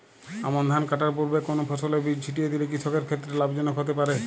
আমন ধান কাটার পূর্বে কোন ফসলের বীজ ছিটিয়ে দিলে কৃষকের ক্ষেত্রে লাভজনক হতে পারে?